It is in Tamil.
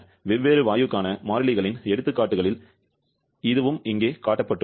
வெவ்வேறு வாயுக்கான மாறிலிகளின் எடுத்துக்காட்டுகளில் இதுவும் இங்கே காட்டப்பட்டுள்ளது